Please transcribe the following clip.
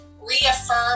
reaffirm